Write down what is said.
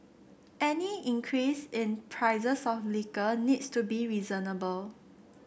any increase in prices of liquor needs to be reasonable